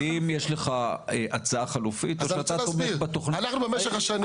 האם יש לך הצעה חלופית או שאתה תומך בתכנית הזו?